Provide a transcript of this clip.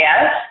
Yes